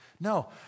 No